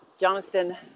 Jonathan